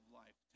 life